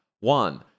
One